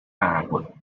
água